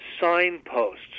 signposts